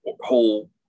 whole